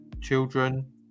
children